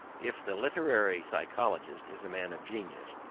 if the literary psychologist is a man of genius,